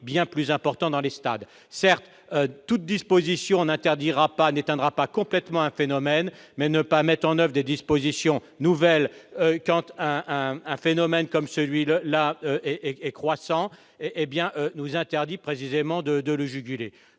bien plus important dans les stades. Certes, aucune disposition n'éteindra complètement un phénomène, mais ne pas mettre en oeuvre des dispositions nouvelles quand un phénomène comme celui-là est croissant nous interdit de le juguler.